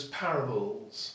parables